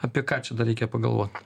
apie ką čia dar reikia pagalvot